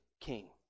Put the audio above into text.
King